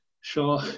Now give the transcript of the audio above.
sure